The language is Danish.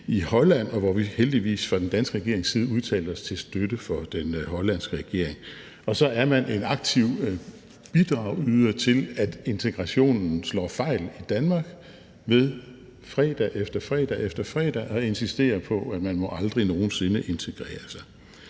i Holland, og hvor vi heldigvis fra den danske regerings side udtalte os til støtte for den hollandske regering. Og så er man en aktiv bidragyder til, at integrationen slår fejl i Danmark ved fredag efter fredag at insistere på, at man aldrig nogen sinde